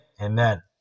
amen